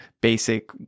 basic